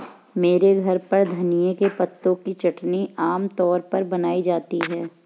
मेरे घर पर धनिए के पत्तों की चटनी आम तौर पर बनाई जाती है